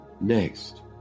Next